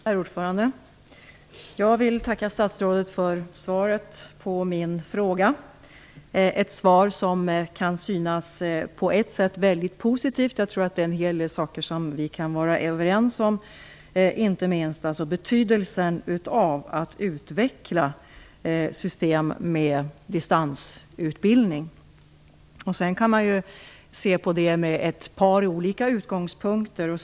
Herr talman! Jag vill tacka statsrådet för svaret på min fråga. Det är ett svar som på ett sätt kan synas väldigt positivt. Jag tror att det gäller saker vi kan vara överens om, inte minst betydelsen av att utveckla system med distansutbildning. Distansutbildning kan ses från ett par olika utgångspunkter.